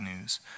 news